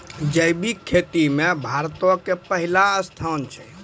जैविक खेती मे भारतो के पहिला स्थान छै